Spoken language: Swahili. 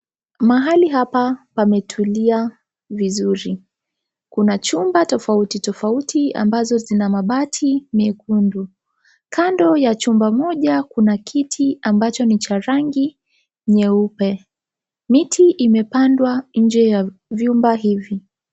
Mahali hapa pametulia vizuri. Kuna jumba tofauti tofauti ambazo zina mabati mekundu. Kando ya jumba moja kuna kiti ambacho ni cha rangi nyeupe. Miti imepandwa nje ya vyumba hivi.